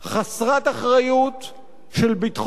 של ביטחון ישראל ושל עתידה של ישראל.